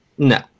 No